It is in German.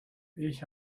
ich